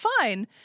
fine